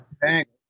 Thanks